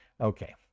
Okay